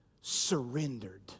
surrendered